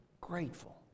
grateful